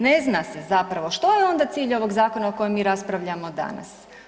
Ne zna se zapravo što je onda cilj ovog zakona o kojem mi raspravljamo danas?